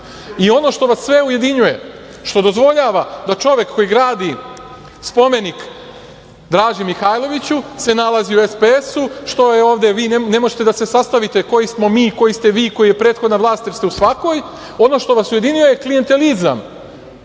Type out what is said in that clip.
što vas sve ujedinjuje, što dozvoljava da čovek koji gradi spomenik Draži Mihajloviću se nalazi u SPS-u, što ovde ne možete da se sastavite koji smo mi, koji ste vi i koja je prethodna vlast, jer ste u svakoj, ono što vas ujedinjuje je klijentelizam